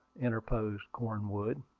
interposed cornwood.